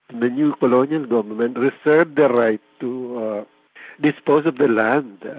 the new colonial government reserved the right to dispose of the land.